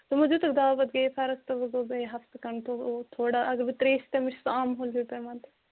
تُمَو دِتُکھ دوا پتہٕ گٔیے فرق تہٕ وۅنۍ گوٚو بیٚیہِ ہفتہٕ کھنٛڈ تہٕ گوٚو تھوڑا اگر بہٕ ترٛیشہٕ چٮ۪مہٕ مےٚ چھُ